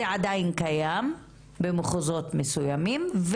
זה עדיין קיים במחוזות מסוימים,